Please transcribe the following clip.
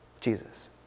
Jesus